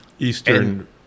Eastern